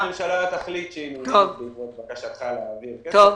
ככל שהממשלה תחליט שהיא נענית לבקשתך להעביר כסף,